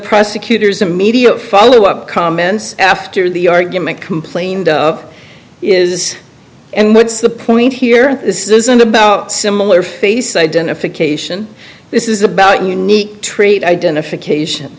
prosecutor's immediate follow up comments after the argument complained of is and what's the point here this isn't about similar face identification this is about unique treat identification